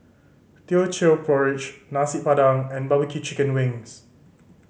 Teochew Porridge Nasi Padang and barbecue chicken wings